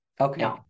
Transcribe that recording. Okay